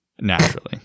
Naturally